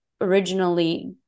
originally